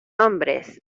hombres